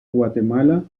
guatemala